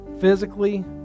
physically